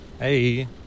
Hey